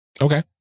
Okay